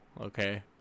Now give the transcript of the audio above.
okay